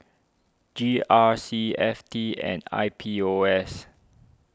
G R C F T and I P U S